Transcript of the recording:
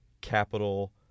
capital